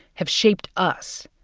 have shaped us.